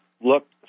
look